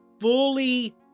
fully